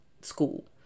school